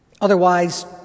Otherwise